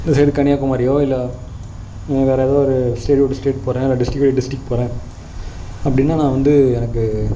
இந்த சைடு கன்னியாகுமரியோ இல்லை வேறு ஏதோ ஒரு ஸ்டேட் விட்டு ஸ்டேட் போகிறேன் இல்லை டிஸ்ட்ரிக் விட்டு டிஸ்ட்ரிக் போகிறேன் அப்படினா நான் வந்து எனக்கு